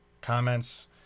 comments